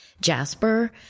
jasper